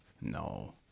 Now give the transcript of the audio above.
no